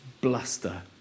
bluster